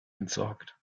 entsorgt